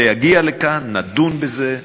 זה יגיע לכאן, נדון בזה,